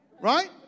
Right